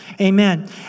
amen